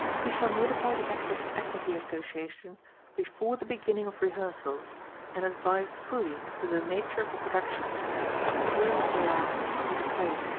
he shall notify the actors' equity association before the beginning of rehearsals and advise fully as to the nature of the production and secure its allowance of his claim.